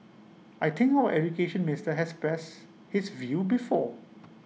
I think all Education Minister has expressed this view before